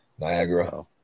Niagara